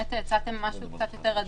הצעתם משהו קצת יותר עדין,